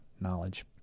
knowledge